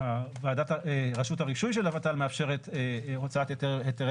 רשות הרישוי של הות"ל מאפשרת הוצאת היתרי